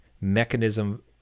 mechanism